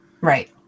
Right